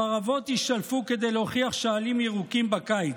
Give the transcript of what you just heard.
חרבות יישלפו כדי להוכיח שהעלים ירוקים בקיץ.